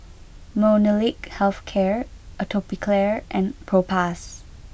Molnylcke health care Atopiclair and Propass